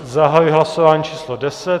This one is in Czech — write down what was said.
Zahajuji hlasování číslo 10.